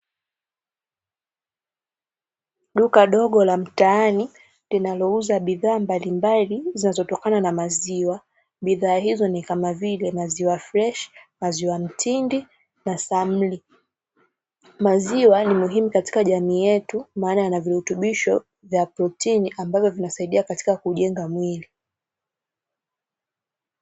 Duka dogo la mtaani linalouza bidhaa mbalimbali zinazotokana na maziwa, bidhaa hizo ni kama vile maziwa freshi, maziwa mtindi na samli. Maziwa ni muhimu katika jamii yetu maana yana virutubisho vya protini ambavyo vinasaidia katika kujenga mwili.